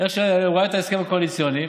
כשהוא ראה את ההסכם הקואליציוני.